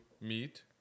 meet